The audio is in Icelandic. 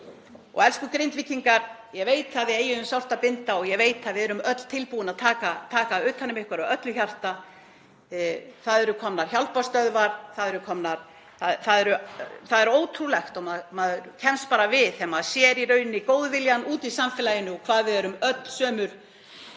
Elsku Grindvíkingar. Ég veit að þið eigið um sárt að binda og ég veit að við erum öll tilbúin að taka utan um ykkur af öllu hjarta. Það eru komnar hjálparstöðvar. Það er ótrúlegt og maður kemst bara við þegar maður sér góðviljann úti í samfélaginu og hvað við erum öllsömul